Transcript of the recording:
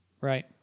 Right